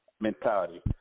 mentality